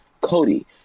Cody